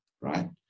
right